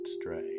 stray